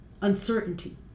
Uncertainty